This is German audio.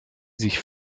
sich